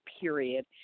period